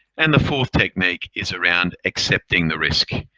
and the fourth technique is around accepting the risk.